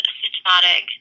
systematic